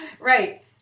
Right